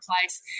place